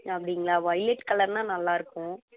அப்படிங்களா ஒய்லெட் கலருனா நல்லாயிருக்கும்